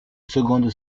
seconde